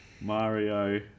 Mario